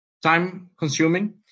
time-consuming